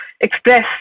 express